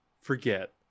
forget